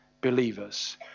believers